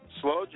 slow